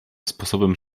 sposobem